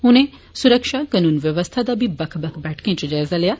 उनें सुरक्षा कनून व्यवस्था दा बी बक्ख बक्ख बैठकें इच जायजा लैत्ता